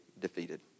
defeated